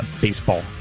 baseball